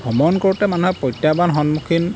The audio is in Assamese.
ভ্ৰমণ কৰোঁতে মানুহে প্ৰত্যাহ্বান সন্মুখীন